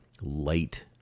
light